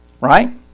right